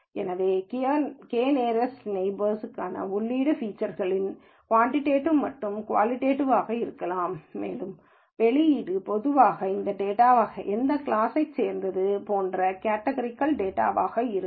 எனவே K nearest நெய்பர்ஸ்களுக்கான உள்ளீட்டு ஃபீச்சர்கள் குவாண்டிடேட்டிவ் மற்றும் குவாலிடிடேட்டிவ் ஆக இருக்கலாம் மேலும் வெளியீடு பொதுவாக இந்த டேட்டா எந்த வகை கிளாஸைச் சேர்ந்தவை போன்ற கேட்டகாரிகள் மதிப்புகள் ஆகும்